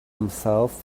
himself